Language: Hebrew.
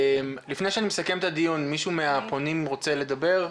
לפני שאסכם את הדיון מישהו מהפונים רוצה להוסיף?